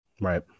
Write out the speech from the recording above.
right